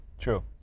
True